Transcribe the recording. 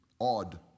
odd